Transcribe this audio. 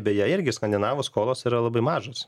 beje irgi skandinavų skolos yra labai mažos